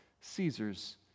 Caesar's